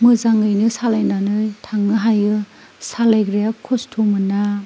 मोजाङैनो सालायनानै थांनो हायो सालायग्राया खस्थ' मोना